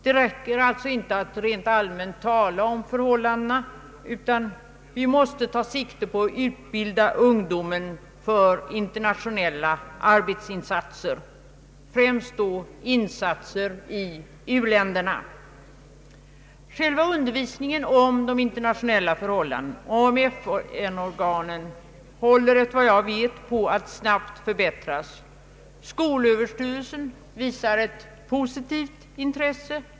Det räcker alltså inte att rent allmänt tala om förhållandena ute i världen, utan vi måste ta sikte på att utbilda ungdomen för internationella arbetsinsatser, främst då insatser i u-länderna. Själva undervisningen om de internationella förhållandena och om FN organen håller, efter vad jag vet, på att snabbt förbättras. Skolöverstyrelsen visar ett positivt intresse.